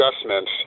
adjustments